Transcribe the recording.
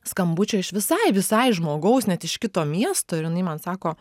skambučio iš visai visai žmogaus net iš kito miesto ir jinai man sako